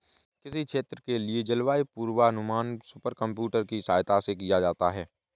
किसी क्षेत्र के लिए जलवायु पूर्वानुमान सुपर कंप्यूटर की सहायता से किया जाता है